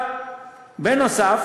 נוסף